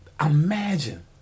imagine